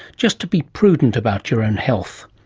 just to be prudent about your own health?